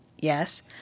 Yes